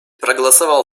проголосовал